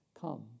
Come